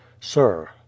Sir